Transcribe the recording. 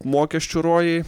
mokesčių rojai